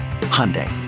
Hyundai